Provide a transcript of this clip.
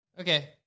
Okay